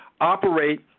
operate